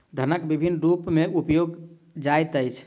धनक विभिन्न रूप में उपयोग जाइत अछि